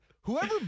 Whoever